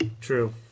True